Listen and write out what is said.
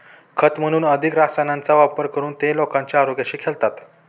खत म्हणून अधिक रसायनांचा वापर करून ते लोकांच्या आरोग्याशी खेळतात